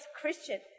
Christian